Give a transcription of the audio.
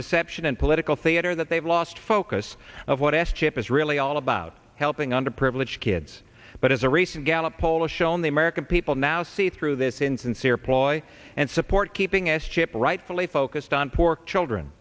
deception and political theater that they've lost focus of what s chip is really all about helping underprivileged kids but as a recent gallup poll showing the american people now see through this insincere ploy and support keeping s chip rightfully focused on poor children